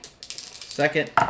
Second